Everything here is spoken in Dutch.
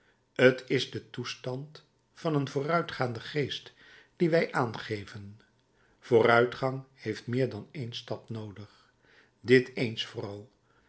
t is de toestand van een vooruitgaanden geest dien wij aangeven vooruitgang heeft meer dan éénen stap noodig dit eens